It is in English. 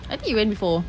I think you went before